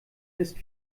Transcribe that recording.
ist